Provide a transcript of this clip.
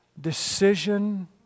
decision